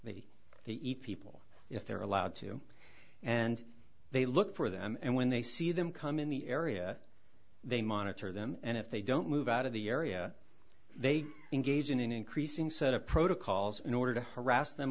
maybe they eat people if they're allowed to and they look for them and when they see them come in the area they monitor them and if they don't move out of the area they engage in an increasing set of protocols in order to harass them